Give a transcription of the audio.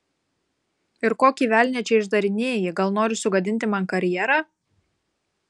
ir kokį velnią čia išdarinėji gal nori sugadinti man karjerą